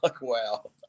wow